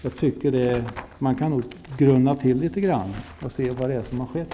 Man kan nog grunna litet på detta, och se på vad som har skett.